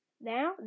now